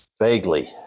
vaguely